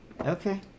Okay